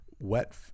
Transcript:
wet